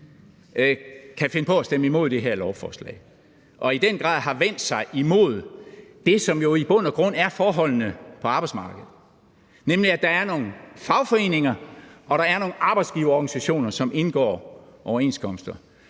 kan finde på at stemme imod det her lovforslag og i den grad har vendt sig imod det, som jo i bund og grund er forholdene på arbejdsmarkedet, nemlig at der er nogle fagforeninger, og der er nogle arbejdsgiverorganisationer, som indgår overenskomster.